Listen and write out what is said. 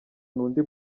n’undi